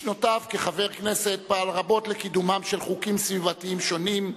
בשנותיו כחבר כנסת פעל רבות לקידומם של חוקים סביבתיים שונים,